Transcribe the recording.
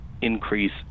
increase